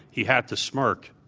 he had to smirk.